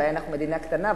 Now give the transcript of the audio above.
אולי אנחנו מדינה קטנה,